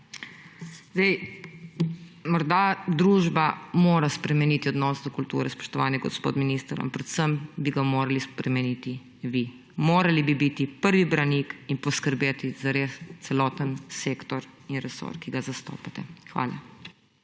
znanja. Morda družba mora spremeniti odnos do kulture, spoštovani gospod minister, a predvsem bi ga morali spremeniti vi. Morali bi biti prvi branik in poskrbeti za res celoten sektor in resor, ki ga zastopate. Hvala.